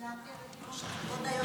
אז אני רוצה לעדכן את כבוד היושב-ראש,